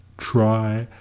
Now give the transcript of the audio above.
try,